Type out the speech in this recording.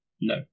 No